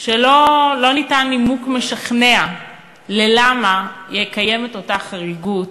שלא ניתן נימוק משכנע למה לקיים את אותה חריגות.